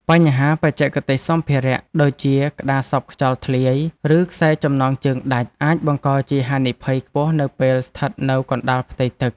បញ្ហាបច្ចេកទេសសម្ភារៈ ដូចជាក្តារសប់ខ្យល់ធ្លាយ ឬខ្សែចំណងជើងដាច់ អាចបង្កជាហានិភ័យខ្ពស់នៅពេលស្ថិតនៅកណ្ដាលផ្ទៃទឹក។